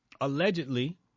allegedly